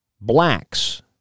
blacks